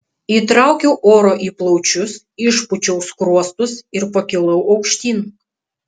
įtraukiau oro į plaučius išpūčiau skruostus ir pakilau aukštyn